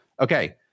Okay